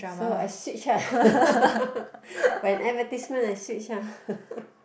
so I switch uh when advertisement I switch uh